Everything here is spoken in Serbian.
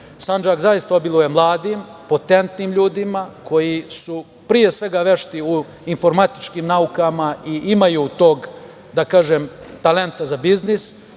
zaista obiluje mladim, potentnim ljudima, koji su, pre svega, vešti u informatičkim naukama i imaju tog, da kažem, talenta za biznis